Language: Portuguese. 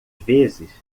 vezes